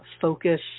focus